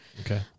Okay